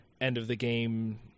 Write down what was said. end-of-the-game